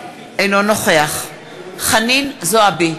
אינו נוכח חנין זועבי,